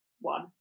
one